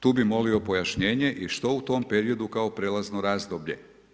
Tu bih molio pojašnjenje i što u tom periodu kao prijelazno razdoblje?